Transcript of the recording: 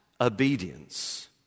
obedience